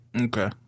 Okay